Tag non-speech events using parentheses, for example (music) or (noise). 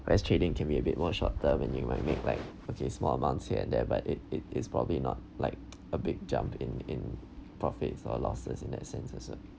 whereas trading can be a bit more short term and you might make like okay small amounts here and there but it it it's probably not like (noise) a big jump in in profits or losses in that sense as well